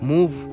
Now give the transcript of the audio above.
Move